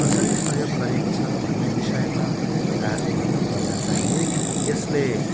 कसरी सहयोग गरेको छ भन्ने विषयमा भन्नुपर्दा चाहिँ यसले